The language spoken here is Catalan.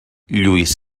lluís